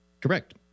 Correct